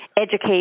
educate